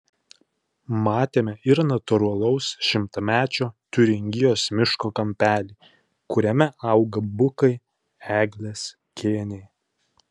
matėme ir natūralaus šimtamečio tiuringijos miško kampelį kuriame auga bukai eglės kėniai